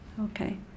Okay